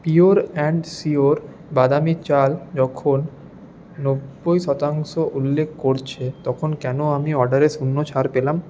pure and sure বাদামি চাল যখন নব্বই শতাংশ উল্লেখ করছে তখন কেন আমি অর্ডারে শূন্য ছাড় পেলাম